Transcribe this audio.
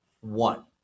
one